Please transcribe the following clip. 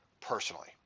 Personally